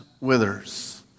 withers